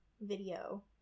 video